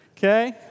Okay